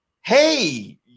hey